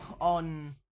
on